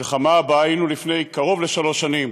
במלחמה שבה היינו לפני קרוב לשלוש שנים,